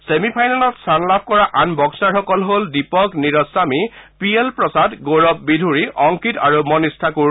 semi ফাইনেলত স্থান লাভ কৰা আন বক্সাৰসকল হ'ল দীপক নীৰজ স্বামী পি এল প্ৰসাদ গৌৰৱ বিধুৰী অংকিত আৰু মণীষ ঠাকুৰ